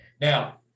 Now